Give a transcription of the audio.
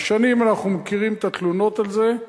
שנים אנחנו מכירים את התלונות על זה.